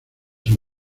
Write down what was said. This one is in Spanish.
son